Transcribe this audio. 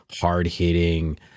hard-hitting